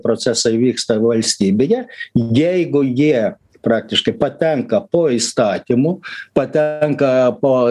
procesai vyksta valstybėje jeigu jie praktiškai patenka po įstatymu patenka po